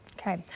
Okay